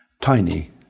Tiny